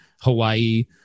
Hawaii